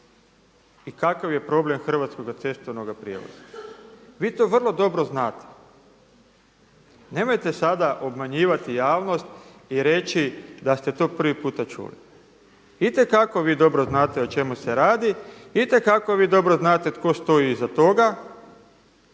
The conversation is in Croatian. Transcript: i kakav je problem hrvatskoga cestovnoga prijevoza. Vi to vrlo dobro znate. Nemojte sada obmanjivati javnost i reći da ste to prvi puta čuli. Itekako vi dobro znate o čemu se radi, itekako vi dobro znate tko stoji iza toga.